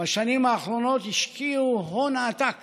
בשנים האחרונות השקיעו הון עתק